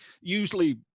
usually